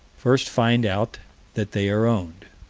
first find out that they are owned.